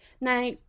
Now